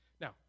Now